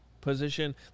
position